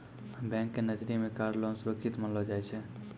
bank के नजरी मे कार लोन सुरक्षित मानलो जाय छै